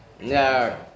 No